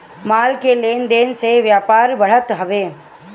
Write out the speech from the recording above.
माल के लेन देन से व्यापार बढ़त हवे